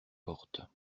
portes